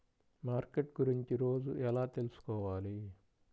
Market గురించి రోజు ఎలా తెలుసుకోవాలి?